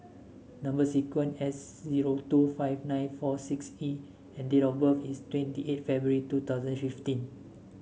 number sequence S zero two five nine four six E and date of birth is twenty eight February two thousand fifteen